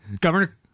Governor